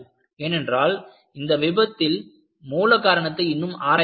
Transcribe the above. ஏனென்றால் இந்த விபத்தில் மூல காரணத்தை இன்னும் ஆராயவில்லை